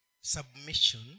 submission